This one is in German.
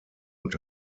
und